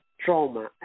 trauma